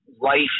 life